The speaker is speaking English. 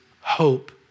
hope